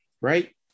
right